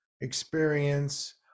experience